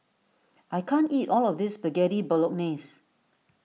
I can't eat all of this Spaghetti Bolognese